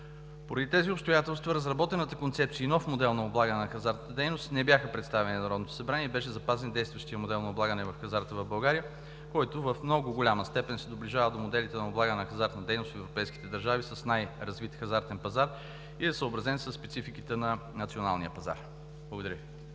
Поради тези обстоятелства разработената концепция и нов модел на облагане на хазартната дейност не бяха представени на Народното събрание и беше запазен действащият модел на облагане на хазарта в България, който в много голяма степен се доближава до моделите на облагане на хазартната дейност в европейските държави с най-развит хазартен пазар и е съобразен със спецификите на националния пазар. Благодаря Ви.